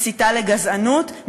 מסיתה לגזענות,